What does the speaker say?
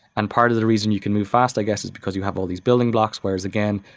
and part of the reason you can move fast i guess is because you have all these building blocks. whereas again,